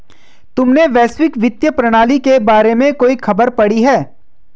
तुमने वैश्विक वित्तीय प्रणाली के बारे में कोई खबर पढ़ी है?